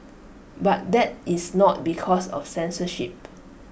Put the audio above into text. but that is not because of censorship